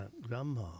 grandma